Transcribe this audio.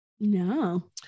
No